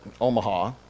Omaha